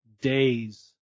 days